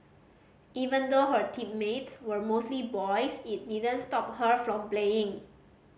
even though her teammates were mostly boys it didn't stop her from playing